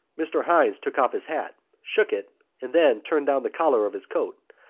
mr. hynes took off his hat, shook it and then turned down the collar of his coat,